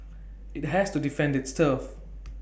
IT has to defend its turf